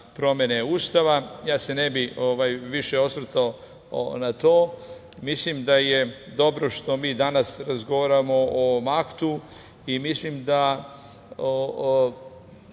promene Ustava. Ne bih se vrši osvrtao na to. Mislim da je dobro što mi danas razgovaramo o ovom aktu i mislim da